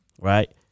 right